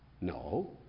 No